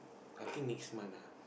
I think next month ah